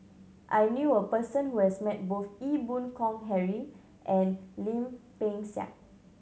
I knew a person who has met both Ee Boon Kong Henry and Lim Peng Siang